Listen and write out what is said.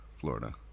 Florida